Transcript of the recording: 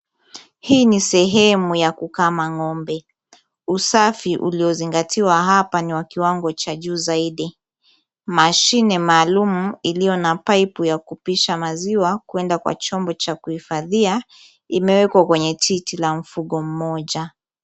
Hii ni sehemu ya kukama ng'ombe, usafi uliozingatiwa hapa ni wa kiwango cha juu zaidi, mashine maalum iliyo na paipu ya kupisha maziwa kwenda kwa chombo cha kuhifadhia imewekwa kwenye titi la mfugo mmoja.